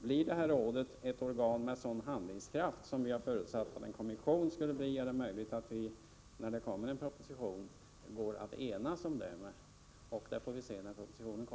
Om det här rådet blir ett organ med sådan handlingskraft som vi har förutsatt att en kommission skulle få, är det möjligt att vi kan enas när det kommer en proposition — men det får vi se då.